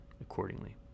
accordingly